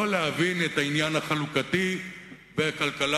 לא להבין את העניין החלוקתי בכלכלה,